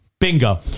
bingo